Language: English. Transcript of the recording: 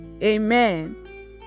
Amen